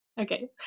Okay